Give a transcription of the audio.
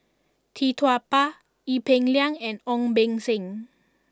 Tee Tua Ba Ee Peng Liang and Ong Beng Seng